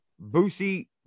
Boosie